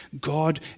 God